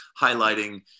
highlighting